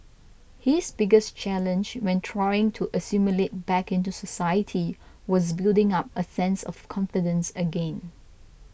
his biggest challenge when trying to assimilate back into society was building up a sense of confidence again